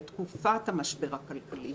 לתקופת המשבר הכלכלי,